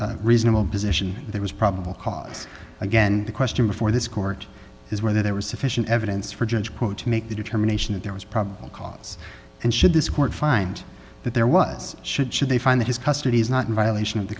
a reasonable position there was probable cause again the question before this court is whether there was sufficient evidence for judge quote to make the determination that there was probable cause and should this court find that there was should should they find that his custody is not in violation of the